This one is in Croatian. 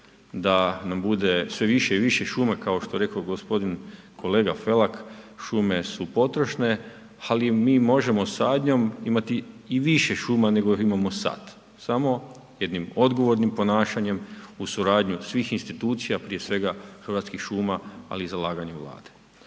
da nam bude sve više i više puma kao što je rekao g. kolega Felak, šume su potrošne ali mi možemo sadnjom imati i više šuma nego imamo sad, samo jednim odgovornim ponašanjem uz suradnju svih institucija, prije svega Hrvatskih šuma ali i zalaganjem Vlade.